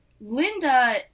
Linda